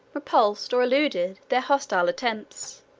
repulsed, or eluded, their hostile attempts